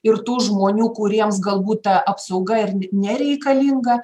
ir tų žmonių kuriems galbūt ta apsauga ir nereikalinga